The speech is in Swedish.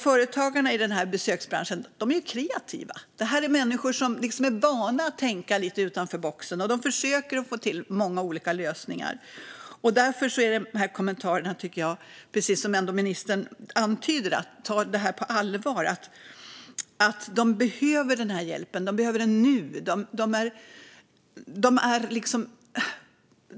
Företagarna i besöksbranschen är kreativa. Det här är människor som är vana att tänka utanför boxen, och de försöker få till många olika lösningar. Därför måste man ta dessa kommentarer på allvar, vilket ministern också antyder. De behöver hjälp, och de behöver den nu.